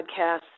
podcast